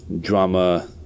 drama